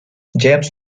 james